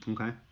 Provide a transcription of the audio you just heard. Okay